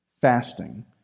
fasting